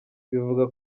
bivugwa